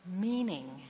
meaning